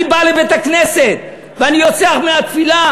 אני בא לבית-הכנסת ואני יוצא מהתפילה,